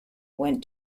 went